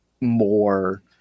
more